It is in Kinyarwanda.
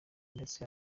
ndetse